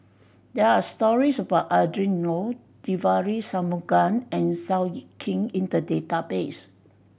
there are stories about Adrin Loi Devagi Sanmugam and Seow Yit Kin in the database